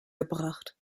gebracht